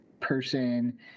Person